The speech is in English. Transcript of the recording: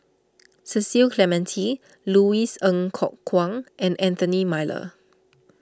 Cecil Clementi Louis Ng Kok Kwang and Anthony Miller